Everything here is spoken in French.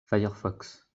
firefox